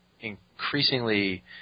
increasingly